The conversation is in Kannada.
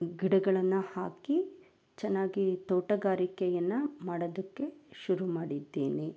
ಗಿಡಗಳನ್ನು ಹಾಕಿ ಚೆನ್ನಾಗಿ ತೋಟಗಾರಿಕೆಯನ್ನು ಮಾಡೋದಕ್ಕೆ ಶುರು ಮಾಡಿದ್ದೀನಿ